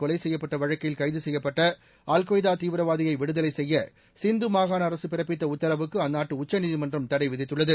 கொலை செய்யப்பட்ட வழக்கில் கைது செய்யப்பட்ட அல்கொய்தா தீவிரவாதியை விடுதலை செய்ய சிந்து மாகாண அரசு பிறப்பித்த உத்தரவுக்கு அந்நாட்டு உச்சநீதிமன்றம் தடை விதித்துள்ளது